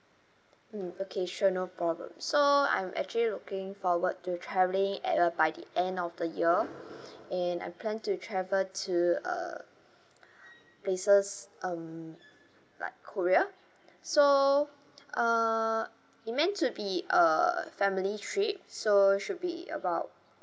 mm okay sure no problem so I'm actually looking forward to travelling at uh by the end of the year and I plan to travel to uh places um like korea so uh it meant to be a family trip so should be about